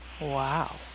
Wow